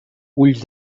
ulls